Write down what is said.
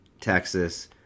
Texas